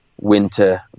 winter